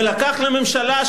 ולקח לממשלה,